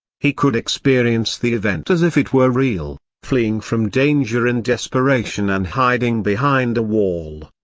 he could experience the event as if it were real, fleeing from danger in desperation and hiding behind a wall.